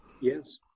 Yes